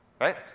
right